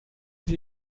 sie